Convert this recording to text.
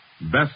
Best